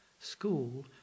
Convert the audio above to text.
school